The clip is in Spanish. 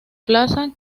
plaza